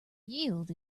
yield